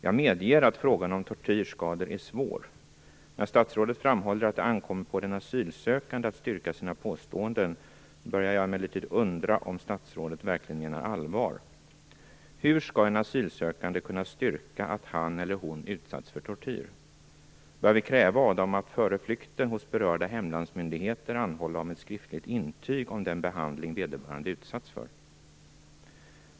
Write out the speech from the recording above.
Jag medger att frågan om tortyrskador är svår. När statsrådet framhåller att det ankommer på den asylsökande att styrka sina påståenden börjar jag emellertid undra om statsrådet verkligen menar allvar. Hur skall en asylsökande kunna styrka att han eller hon utsatts för tortyr? Bör vi kräva av dem att före flykten hos berörda hemlandsmyndigheter anhålla om ett skriftligt intyg om den behandling vederbörande utsatts för?